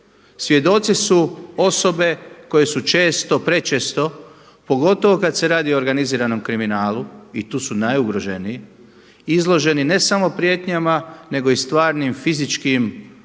Svjedoci su osobe koje su često, prečesto pogotovo kad se radi o organiziranom kriminalu i tu su najugroženiji izloženi ne samo prijetnjama nego i stvarnim fizičkim ugrozama,